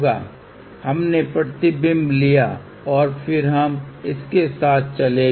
फिर यहाँ से हमने प्रतिबिंब लिया हैं और y में हम कुछ जोड़ रहे हैं